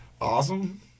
Awesome